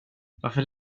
varför